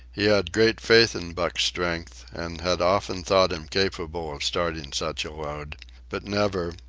he had great faith in buck's strength and had often thought him capable of starting such a load but never,